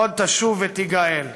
/ עד תשוב ותיגאל."